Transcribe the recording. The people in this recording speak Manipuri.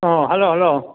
ꯑ ꯍꯂꯣ ꯍꯂꯣ